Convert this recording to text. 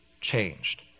changed